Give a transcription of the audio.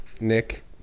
Nick